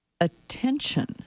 attention